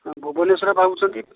ଭୁବନେଶ୍ୱର ପାଉଛନ୍ତି